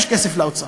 יש כסף לאוצר.